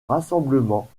rassemblement